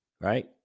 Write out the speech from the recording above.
right